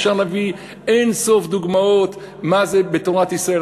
אפשר להביא אין-סוף דוגמאות מזה בתורת ישראל.